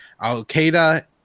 Al-Qaeda